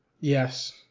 Yes